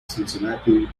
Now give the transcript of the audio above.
cincinnati